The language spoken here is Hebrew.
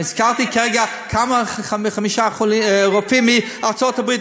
הזכרתי כרגע חמישה רופאים מארצות-הברית.